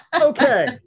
okay